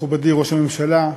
מכובדי ראש הממשלה,